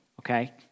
okay